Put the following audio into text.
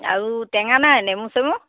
আৰু টেঙা নাই নেমু চেমু